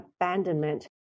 abandonment